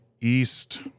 East